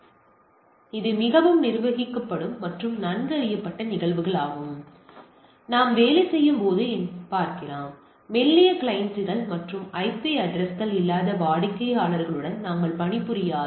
எனவே இது மிகவும் நிர்வகிக்கப்படும் மற்றும் நன்கு அறியப்பட்ட நிகழ்வுகளாகும் இதுதான் நாம் வேலை செய்யும் போது பார்க்கிறோம் மெல்லிய கிளையண்டுகள் மற்றும் ஐபி அட்ரஸ்கள் இல்லாத வாடிக்கையாளர்களுடன் நாங்கள் பணிபுரியும் போது